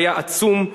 היה עצום,